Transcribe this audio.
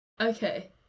Okay